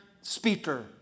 speaker